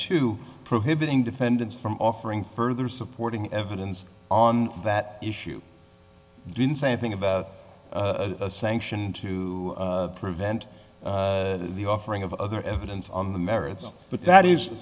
to prohibiting defendants from offering further supporting evidence on that issue didn't say a thing about a sanction to prevent the offering of other evidence on the merits but that is